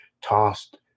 tossed